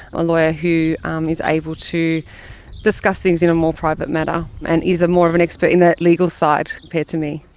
a lawyer who um is able to discuss things in a more private manner and is more of an expert in that legal side compared to me.